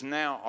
now